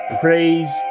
Praise